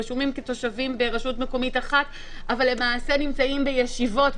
רשומים כתושבים ברשות מקומית אחת אבל למעשה נמצאים בישיבות,